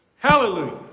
Hallelujah